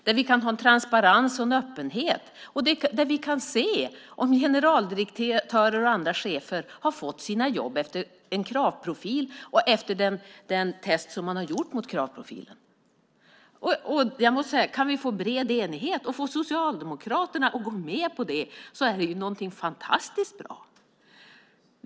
Vi ska kunna ha en transparens och en öppenhet där vi kan se om generaldirektörer och andra chefer har fått sina jobb efter en kravprofil och efter den test som man har gjort mot kravprofilen. Jag måste säga att kan vi få bred enighet och få Socialdemokraterna att gå med på det är det någonting fantastiskt bra.